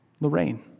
Lorraine